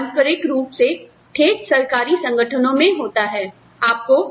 यह पारंपरिक रूप से ठेठ सरकारी संगठनों में होता है